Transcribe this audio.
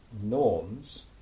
norms